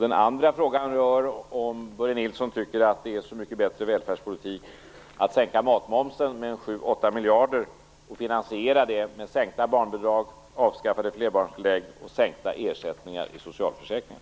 Den andra frågan är om Börje Nilsson tycker att det är så mycket bättre välfärdspolitik att sänka matmomsen med 7-8 miljarder och finansiera det med sänkta barnbidrag, avskaffade flerbarnstillägg och sänkta ersättningar i socialförsäkringen.